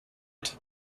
but